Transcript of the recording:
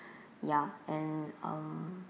ya and um